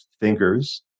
thinkers